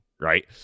right